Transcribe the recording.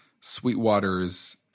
Sweetwater's